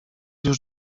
już